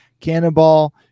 Cannonball